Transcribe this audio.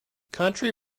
county